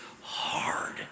hard